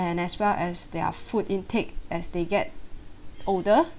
and as well as their food intake as they get older